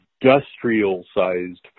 industrial-sized